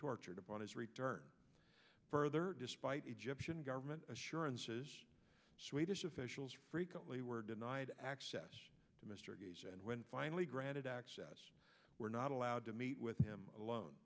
tortured upon his return further despite egyptian government assurances swedish officials frequently were denied access to mr gates and when finally granted access we're not allowed to meet with him alone